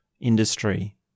industry